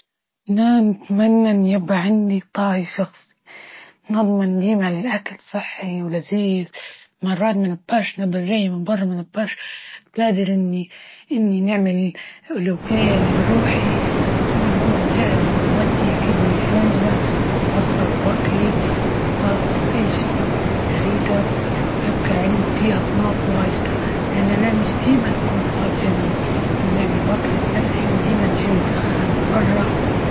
نا بتمنى إن يبقى عندي طاهي شخصي، نضمن ديما الأكل صحي ولذيذ، مرات منبقاش من برا من برة ما نبقاش قادر إني- إني نعمل الوكل لروحي، يكون هو مجهزو ومودي كل حاجة خاصة بوكلي، وخاصة بأي شيء جيدة، ويبقى عندي أصناف واجدة، لإن أنا مش ديما نكون إني-أني نعمل وكل لنفسي وإنما نجي متأخرة من برا.